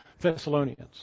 Thessalonians